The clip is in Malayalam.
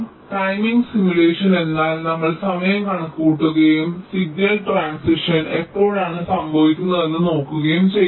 ടൈമിംഗ് സിമുലേഷൻ എന്നാൽ നമ്മൾ സമയം കണക്കുകൂട്ടുകയും സിഗ്നൽ ട്രാന്സിഷൻ എപ്പോഴാണ് സംഭവിക്കുന്നതെന്ന് നോക്കുകയും ചെയ്യുന്നു